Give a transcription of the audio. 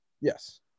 Yes